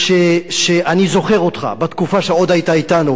ואני זוכר אותך בתקופה שעוד היית אתנו,